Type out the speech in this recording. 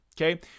okay